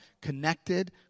connected